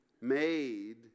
made